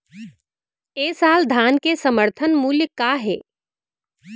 ए साल धान के समर्थन मूल्य का हे?